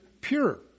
pure